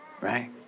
right